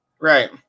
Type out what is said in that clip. Right